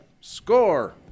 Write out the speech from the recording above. score